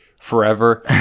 forever